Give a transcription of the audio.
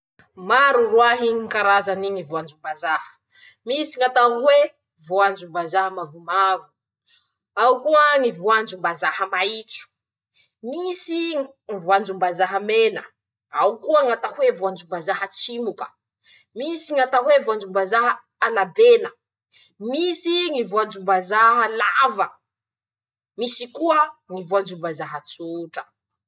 Maro roahy ñy karazany ñy voanjom-bazaha: -Misy ñ'atao hoe voanjom-bazaha mavomavo, ao koa ñy voanjom-bazaha maitso, misy ñ voanjom-bazaha mena, ao koa ñ'atao hoe voanjom-bazaha tsimoka, misy ñ'atao hoe voanjom-bazaha alabena, misy ñy voanjom-bazaha lava, misy koa ñy voanjom-bazaha tsotra.